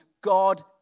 God